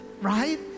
right